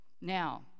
Now